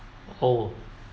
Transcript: oh